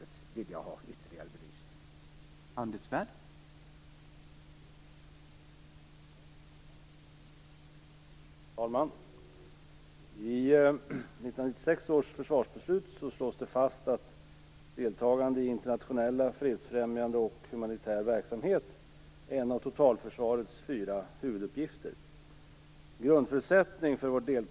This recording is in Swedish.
Det vill jag ha ytterligare belyst.